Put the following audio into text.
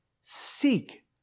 Seek